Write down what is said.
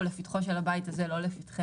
הוא לפתחו של הבית הזה לא לפתחנו.